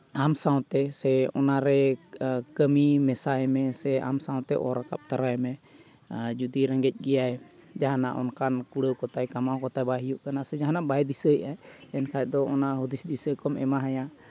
ᱟᱢ ᱥᱟᱶᱛᱮ ᱥᱮ ᱚᱱᱟ ᱨᱮ ᱠᱟᱹᱢᱤ ᱢᱮᱥᱟᱭ ᱢᱮ ᱥᱮ ᱟᱢ ᱥᱟᱶᱛᱮ ᱚᱨ ᱨᱟᱠᱟᱯ ᱛᱚᱨᱟᱭᱮ ᱢᱮ ᱟᱨ ᱡᱩᱫᱤ ᱨᱮᱸᱜᱮᱡᱽ ᱜᱮᱭᱟᱭ ᱡᱟᱦᱟᱱᱟᱜ ᱚᱱᱠᱟᱱ ᱠᱩᱲᱟᱹᱣ ᱠᱚᱛᱟᱭ ᱠᱟᱢᱟᱣ ᱠᱚᱛᱟᱭ ᱵᱟᱭ ᱦᱤᱩᱭᱩᱜ ᱠᱟᱱᱟ ᱥᱮ ᱡᱟᱦᱟᱱᱟᱜ ᱵᱟᱭ ᱫᱤᱥᱟᱹᱭᱮᱜᱼᱟ ᱮᱱᱠᱷᱟᱱ ᱫᱚ ᱚᱱᱟ ᱦᱩᱫᱤᱥ ᱫᱤᱥᱟᱹ ᱠᱚᱢ ᱮᱢᱟ ᱦᱟᱭᱟ